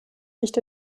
nicht